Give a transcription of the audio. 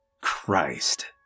Christ